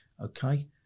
okay